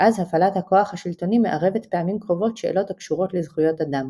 שאז הפעלת הכוח השלטוני מערבת פעמים קרובות שאלות הקשורות לזכויות אדם".